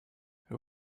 who